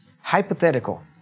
hypothetical